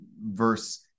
verse